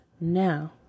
Now